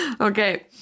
Okay